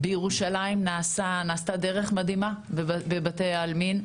בירושלים נעשתה דרך מדהימה בבתי העלמין,